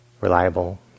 reliable